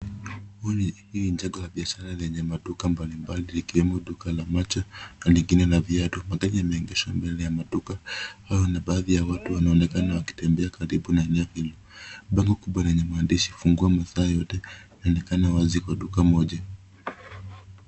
Hili ni jengo la biashara lenye maduka mbalimbali likiwemo duka la macho na lingine la viatu. Magari yameegeshwa mbele ya maduka hayo na baadhibya watu wanaonekana wakitembea karibu na nia hilo. Bango kubwa lenye maandishi fungua masaa yote linaonekana wazi kwa duka moja.